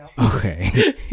Okay